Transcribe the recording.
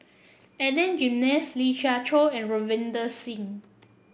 Adan Jimenez Lee Siew Choh and Ravinder Singh